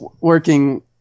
working